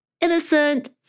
innocent